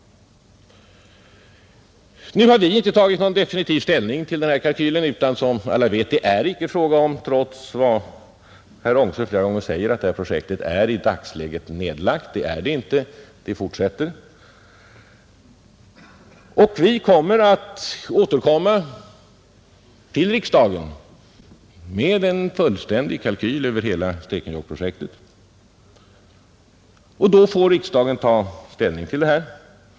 Nu har vi inte tagit definitiv ställning till den här kalkylen. Herr Ångström säger flera gånger att detta projekt är i dagsläget nedlagt. Det är det inte, Vi fortsätter, och vi skall återkomma till riksdagen med en fullständig kalkyl över hela Stekenjokkprojektet, och då får riksdagen ta ställning till det.